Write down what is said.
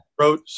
wrote